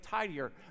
tidier